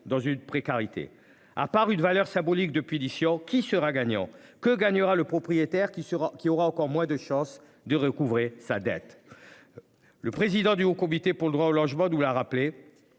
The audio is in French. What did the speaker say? dans une précarité à part une valeur symbolique depuis édition qui sera gagnant que gagnera le propriétaire qui sera qui aura encore moins de chance de recouvrer sa dette. Le président du Haut comité pour le droit au logement, nous la rappelé.